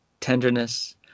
tenderness